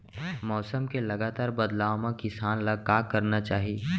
मौसम के लगातार बदलाव मा किसान ला का करना चाही?